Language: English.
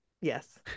Yes